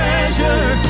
Treasure